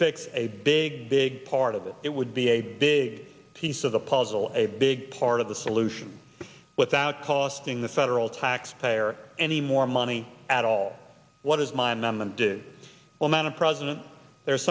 fix a big big part of it it would be a big piece of the puzzle a big part of the solution without costing the federal taxpayer any more money at all what is mind numbing do well man a president there's